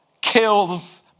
Kills